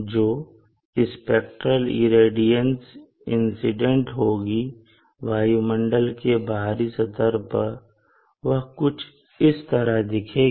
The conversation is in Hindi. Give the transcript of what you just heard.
जो स्पेक्ट्रल इरेडियंस इंसीडेंट होगी वायुमंडल के बाहरी सतह पर वह कुछ इस तरह दिखेगी